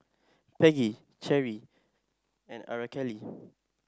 Peggy Cherie and Aracely